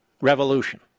revolution